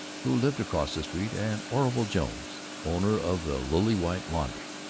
who lived across the street and orville jones, owner of the lily white laundry,